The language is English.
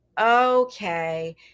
okay